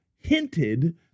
hinted